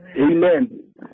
Amen